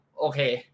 okay